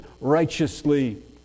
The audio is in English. righteously